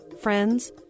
friends